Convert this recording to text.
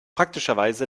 praktischerweise